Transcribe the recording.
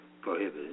prohibited